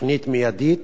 כתוכנית מיידית.